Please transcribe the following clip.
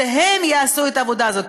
שהם יעשו את העבודה הזאת,